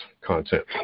content